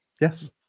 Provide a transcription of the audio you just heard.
Yes